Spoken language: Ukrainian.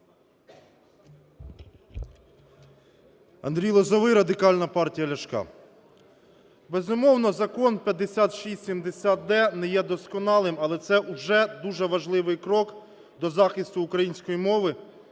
Андрій Лозовой, Радикальна партія Ляшка. Безумовно, Закон 5670-д не є досконалим, але це вже дуже важливий крок до захисту української мови,